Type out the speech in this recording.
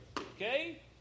Okay